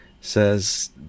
says